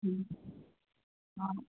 ꯎꯝ ꯑꯥ